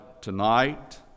tonight